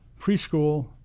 preschool